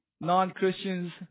Non-Christians